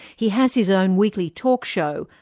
he has his own weekly talk show,